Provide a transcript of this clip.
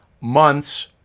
month's